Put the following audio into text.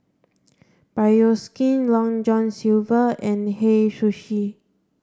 Bioskin Long John Silver and Hei Sushi